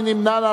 מי נמנע?